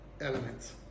elements